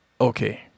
Okay